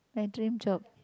my dream job